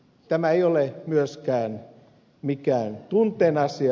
tämä ei ole myöskään mikään tunteen asia